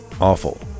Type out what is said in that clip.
awful